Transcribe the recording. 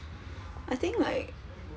I think like